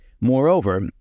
Moreover